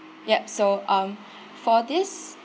yup so um for this